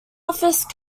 office